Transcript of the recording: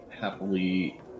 happily